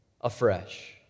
afresh